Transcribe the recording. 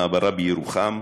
למעברה בירוחם,